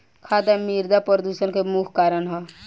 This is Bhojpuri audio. खाद आ मिरदा प्रदूषण के मुख्य कारण ह